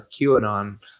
Qanon